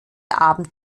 abend